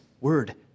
word